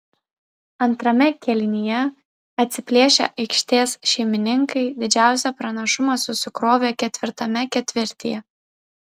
antrame kėlinyje atsiplėšę aikštės šeimininkai didžiausią pranašumą susikrovė ketvirtame ketvirtyje